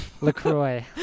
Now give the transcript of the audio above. LaCroix